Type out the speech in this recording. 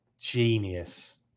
genius